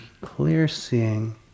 clear-seeing